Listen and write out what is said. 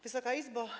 Wysoka Izbo!